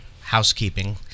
housekeeping